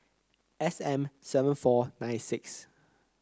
S M seven four nine six